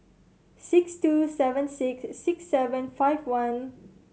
six two seven six six seven five one